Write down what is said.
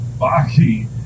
Baki